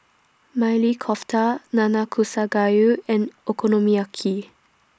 Maili Kofta Nanakusa Gayu and Okonomiyaki